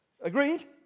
Agreed